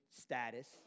status